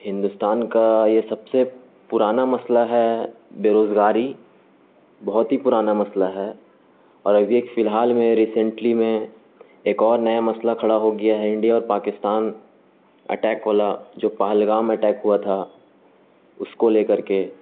ہندوستان کا یہ سب سے پرانا مسئلہ ہے بےروزگاری بہت ہی پرانا مسئلہ ہے اور ابھی ایک فی الحال میں ریسینٹلی میں ایک اور نیا مسئلہ کھڑا ہو گیا ہے انڈیا اور پاکستان اٹیک والا جو پلگام اٹیک ہوا تھا اس کو لے کر کے